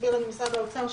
הסביר לנו משרד האוצר,